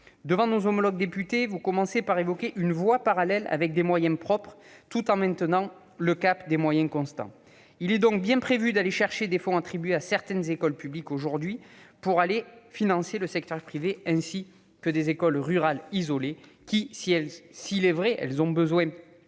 Devant nos collègues députés, vous commencez par évoquer « une voie parallèle avec des moyens propres », tout en maintenant le cap des moyens constants. Il est donc bien prévu d'aller chercher les fonds attribués à certaines écoles publiques aujourd'hui pour financer le secteur privé, ainsi que des écoles rurales isolées, qui, s'il est vrai qu'elles ont besoin de